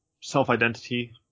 self-identity